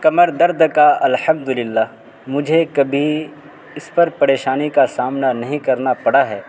کمر درد کا الحمد للہ مجھے کبھی اس پر پریشانی کا سامنا نہیں کرنا پڑا ہے